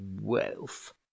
wealth